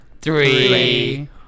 three